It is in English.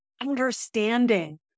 Understanding